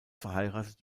verheiratet